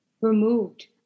removed